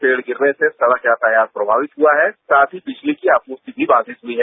पेड़ गिरने से सड़क यातायात प्रभावित हथा है साथ ही बिजली की आपूर्ति भी बाघित हुई है